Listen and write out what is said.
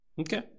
Okay